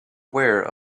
aware